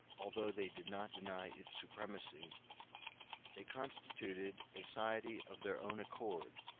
although they did not deny its supremacy they constituted a society of their own accord,